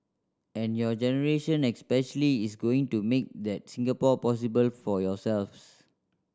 and your generation especially is going to make that Singapore possible for yourselves